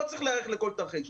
לא צריך להיערך לכל תרחיש.